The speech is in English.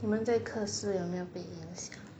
你们在科室有没有被影响